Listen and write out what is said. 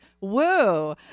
Woo